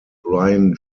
brian